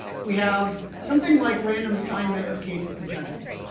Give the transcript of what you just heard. we have something like random assignment of cases to judges.